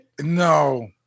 No